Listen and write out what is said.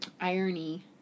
Irony